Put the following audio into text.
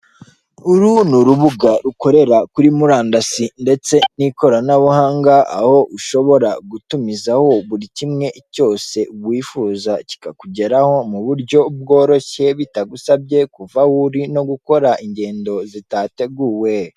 Uru ni urubuga ukorera kuri murandasi ndetse n'ikoranabuhanga aho ushobora gutumiza buri kimwe cyose wifuza kikakugeraho mu buryo bworoshye, bitagusabye kuva wu no gukora ingendo zitateguwe.